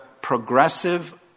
progressive